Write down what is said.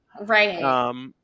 Right